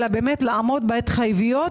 אלא לעמוד בהתחייבויות,